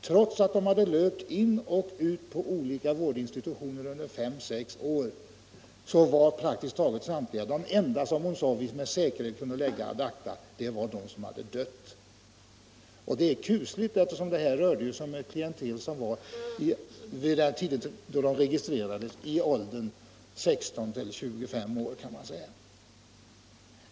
Trots att de hade åkt in och ut på olika vårdinstitutioner under fem å sex år var praktiskt taget samtliga fortfarande kvar i registret. De enda fall som man med säkerhet kunde lägga ad acta, sade hon, var de som hade dött. Det är kusligt för det rörde sig om ett klientel som vid tiden för registreringen var i åldern 16-25 år.